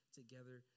together